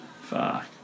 Fuck